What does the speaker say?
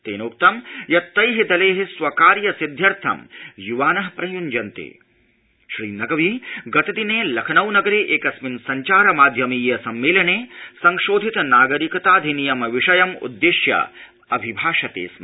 तस्पिक यत् तैः दलैः स्वकार्यसिद्ध्यर्थ युवानः प्रयुज्यन्त श्री नक्रवी गतदिन सखनऊ नगर एकस्मिन् संचार माध्यमीय सम्मस्मिड संशोधित नागरिकताधिनियमविषयम् उद्दिश्य अभिभाषतस्मि